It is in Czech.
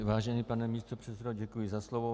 Vážený pane místopředsedo, děkuji za slovo.